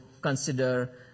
consider